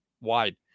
wide